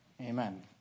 Amen